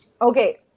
okay